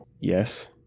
Yes